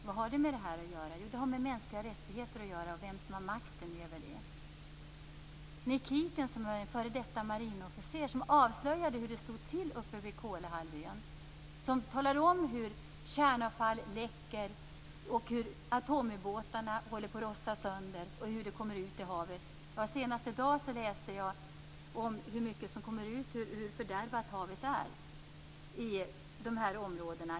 Vad har detta med dagens ämne att göra? Det har med mänskliga rättigheter och makten att göra. Det var Nikitin, en f.d. marinofficer, som avslöjade hur det stod till vid Kolahalvön. Han talade om hur det läcker kärnavfall ut i havet, och hur atomubåtarna rostar sönder. Senast i dag läste jag om hur fördärvat havet är i dessa områden.